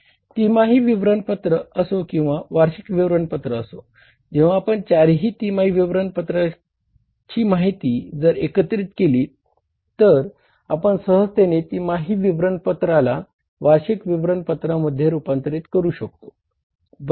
तिमाही विवरणपत्र असो किंवा वार्षिक विवरणपत्र असो जेंव्हा आपण चारीही तिमाही विवरणपत्रांची माहिती जर एकत्रित केली तर आपण सहजतेने तिमाही विवरणपत्रला वार्षिक विवरणपत्रात रूपांतरित करू शकतो बरोबर